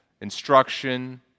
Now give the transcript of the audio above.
instruction